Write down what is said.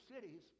cities